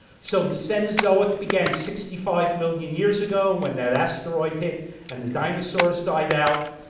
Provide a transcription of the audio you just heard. so the cenozoic began sixty five million years ago when that asteroid hit and the dinosaurs died out,